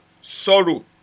sorrow